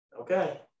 Okay